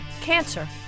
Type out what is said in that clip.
Cancer